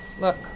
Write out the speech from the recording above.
Look